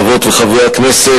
חברות וחברי הכנסת,